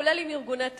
כולל עם ארגוני טרור.